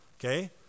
Okay